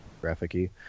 graphic-y